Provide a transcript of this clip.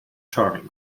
charing